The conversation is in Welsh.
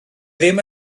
ddim